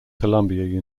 columbia